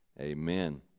Amen